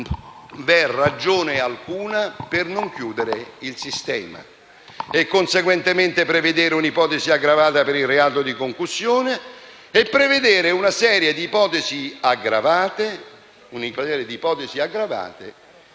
vi è ragione alcuna per non chiudere il sistema e conseguentemente prevedere un'ipotesi aggravata per il reato di concussione e una serie di ipotesi aggravate